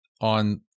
on